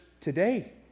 today